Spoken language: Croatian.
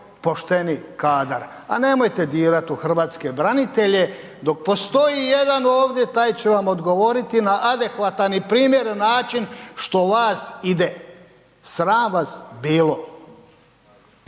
pošteni kadar. A nemojte dirati u hrvatske branitelje, dok postoji jedan ovdje taj će vam odgovoriti na adekvatan i primjeren način što vas ide, sram vas bilo.